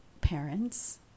parents